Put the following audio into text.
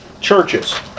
churches